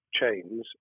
chains